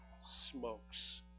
smokes